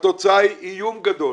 והתוצאה היא איום גדול